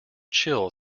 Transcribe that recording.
chill